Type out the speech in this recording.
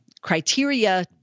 Criteria